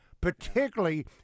particularly